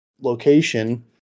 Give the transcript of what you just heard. location